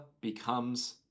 Becomes